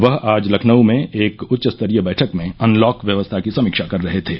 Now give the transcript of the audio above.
वह आज लखनऊ में एक उच्चस्तरीय बैठक में अनलॉक व्यवस्था की समीक्षा कर रहे थे